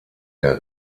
der